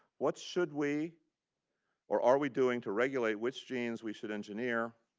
what should we or are we doing to regulate which genes we should engineer,